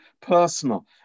personal